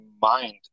mind